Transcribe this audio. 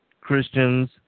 Christians